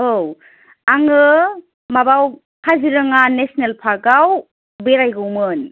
औ आङो माबा काजिरङा नेसनेल पार्कआव बेरायगौमोन